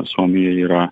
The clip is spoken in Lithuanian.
suomija yra